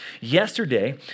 Yesterday